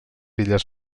illes